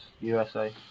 USA